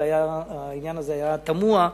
והעניין הזה היה תמוה,